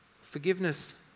forgiveness